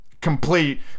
complete